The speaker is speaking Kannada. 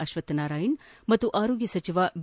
ಅಕ್ವತ್ ನಾರಾಯಣ್ ಹಾಗೂ ಆರೋಗ್ಯ ಸಚಿವ ಬಿ